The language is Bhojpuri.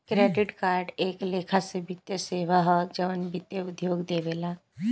क्रेडिट कार्ड एक लेखा से वित्तीय सेवा ह जवन वित्तीय उद्योग देवेला